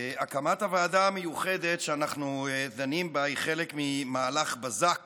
הקמת הוועדה המיוחדת שאנו דנים בה היא חלק ממהלך בזק